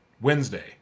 Wednesday